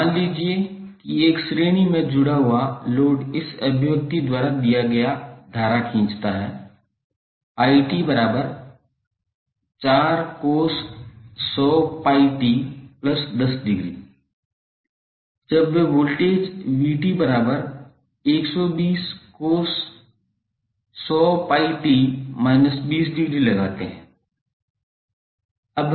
मान लीजिए कि एक श्रेणी जुड़ा हुआ लोड इस अभिव्यक्ति द्वारा दिया गया धारा खींचता है 𝑖𝑡4cos100𝜋𝑡10° जब वे वोल्टेज 𝑣𝑡120cos100𝜋𝑡−20° लगाते है